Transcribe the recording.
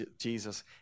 Jesus